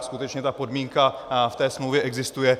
Skutečně ta podmínka v té smlouvě existuje.